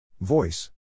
Voice